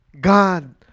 God